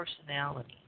personality